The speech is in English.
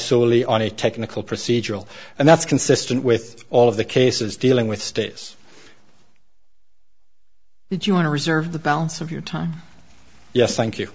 solely on a technical procedural and that's consistent with all of the cases dealing with status if you want to reserve the balance of your time yes thank you